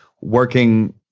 working